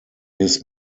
his